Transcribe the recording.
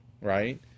right